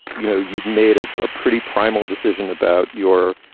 you know you'd made a ah pretty primal decision about your,